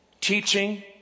teaching